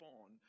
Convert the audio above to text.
on